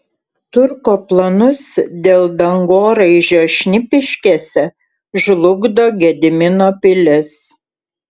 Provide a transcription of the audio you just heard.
turko planus dėl dangoraižio šnipiškėse žlugdo gedimino pilis